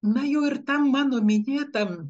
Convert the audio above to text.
na jau ir tam mano minėtam